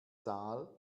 zahl